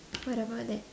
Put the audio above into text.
what about that